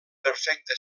perfecte